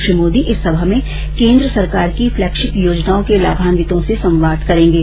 श्री मोदी इस सभा में केन्द्र सरकार की फ्लेगशिप योजनाओं के लाभान्वितों से संवाद करेंगे